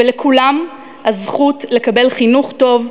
ולכולם הזכות לקבל חינוך טוב,